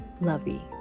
lovey